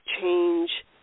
change